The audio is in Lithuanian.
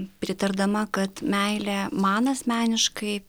pritardama kad meilė man asmeniškai